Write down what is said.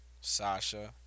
Sasha